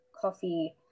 coffee